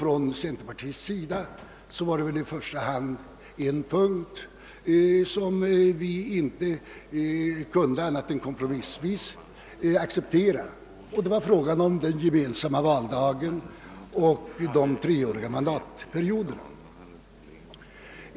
I centerpartiet var det i första hand två punkter som vi inte annat än kompromissvis kunde acceptera, nämligen den gemensamma valdagen och de treåriga mandatperioderna.